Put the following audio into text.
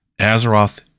Azeroth